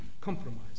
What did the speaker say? compromise